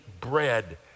bread